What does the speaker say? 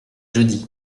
jeudi